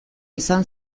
izan